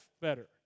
better